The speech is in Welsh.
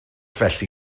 felly